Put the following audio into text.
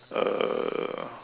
uh